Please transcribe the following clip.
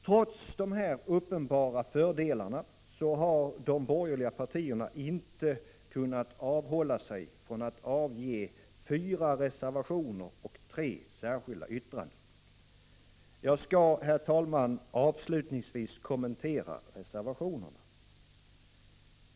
Trots dessa uppenbara fördelar har de borgerliga partierna inte kunnat avhålla sig från att avge fyra reservationer och tre särskilda yttranden. Jag skall avslutningsvis kommentera reservationerna.